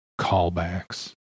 callbacks